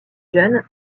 jeune